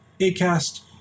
Acast